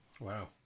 Wow